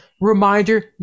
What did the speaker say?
Reminder